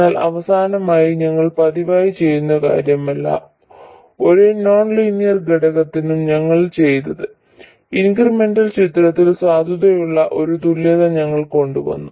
എന്നാൽ അവസാനമായി ഞങ്ങൾ പതിവായി ചെയ്യുന്ന കാര്യമല്ല ഓരോ നോൺ ലീനിയർ ഘടകത്തിനും ഞങ്ങൾ ചെയ്തത് ഇൻക്രിമെന്റൽ ചിത്രത്തിൽ സാധുതയുള്ള ഒരു തുല്യത ഞങ്ങൾ കൊണ്ടുവന്നു